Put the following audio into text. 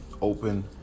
open